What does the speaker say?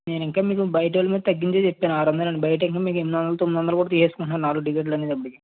నేను ఇంకా మీకు బయట వాళ్ళమీద తగ్గించి చెప్పాను ఆరు వందలు అని బయట ఇంకా మీకు ఎనిమిది వందలు తొమ్మిది వందలు కూడా తీసుకుంటున్నారు నాలుగు టిక్కెట్లు అనేటప్పటికి